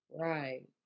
Right